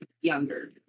younger